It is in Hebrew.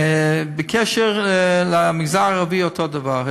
בקשר למגזר הערבי, אותו דבר.